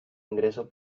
ingresos